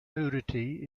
nudity